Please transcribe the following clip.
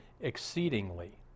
exceedingly